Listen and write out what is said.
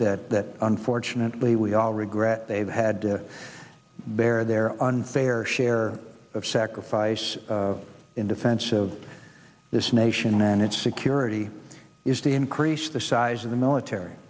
nt that unfortunately we all regret they've had to bear their unfair share of sacrifice in defense of this nation and its security is to increase the size of the military